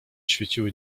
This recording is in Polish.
świeciły